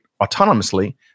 autonomously